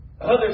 Others